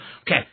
Okay